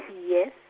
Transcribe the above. Yes